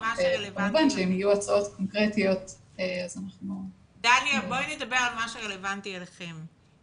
כמובן שאם יהיו הצעות קונקרטיות --- בואי נדבר על מה שרלבנטי אליכם.